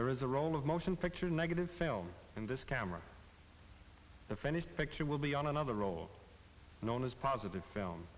there is a roll of motion picture negatives in this camera the finished picture will be on another roll known as positive film